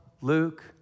Luke